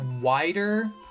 wider